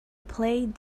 played